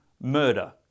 murder